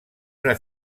una